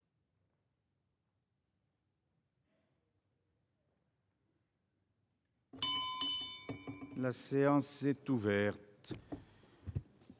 La séance est ouverte.